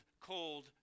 cold